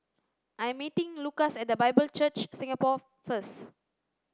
I am meeting Lucas at The Bible Church Singapore first